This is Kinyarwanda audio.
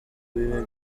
bibe